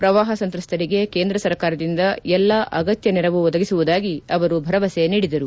ಪ್ರವಾಹ ಸಂತ್ರಸ್ತರಿಗೆ ಕೇಂದ್ರ ಸರ್ಕಾರದಿಂದ ಎಲ್ಲಾ ಅಗತ್ನ ನೆರವು ಒದಗಿಸುವುದಾಗಿ ಅವರು ಭರವಸೆ ನೀಡಿದರು